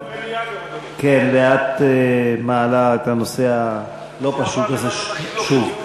ואת מעלה את הנושא הלא-פשוט הזה שוב.